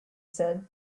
said